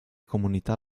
comunità